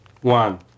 one